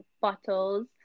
bottles